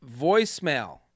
voicemail